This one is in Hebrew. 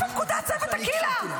איפה פקודת צוות טקילה.